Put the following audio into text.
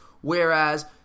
whereas